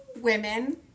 women